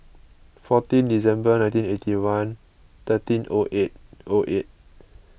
fourteen December nineteen eighty one thirteen O eight O eight